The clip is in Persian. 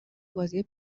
بازی